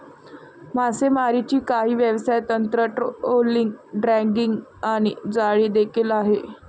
मासेमारीची काही व्यवसाय तंत्र, ट्रोलिंग, ड्रॅगिंग आणि जाळी देखील आहे